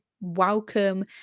welcome